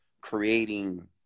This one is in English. creating